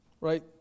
Right